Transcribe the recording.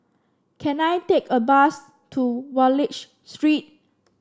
can I take a bus to Wallich Street